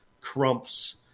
crumps